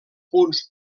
punts